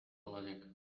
olacak